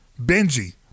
Benji